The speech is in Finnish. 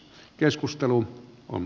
keskustelu on